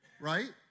Right